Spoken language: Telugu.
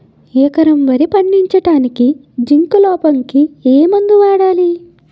ఎకరం వరి పండించటానికి జింక్ లోపంకి ఏ మందు వాడాలి?